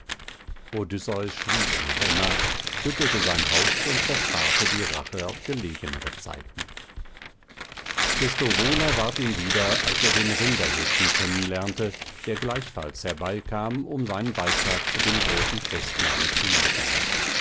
odysseus schwieg noch immer schüttelte sein haupt und versparte die rache auf gelegenere zeiten desto wohler ward ihm wieder als er den rinderhirten kennen lernte der gleichfalls herbeikam um seinen beitrag zu dem großen festmahle zu liefern